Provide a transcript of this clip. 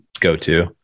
go-to